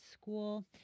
school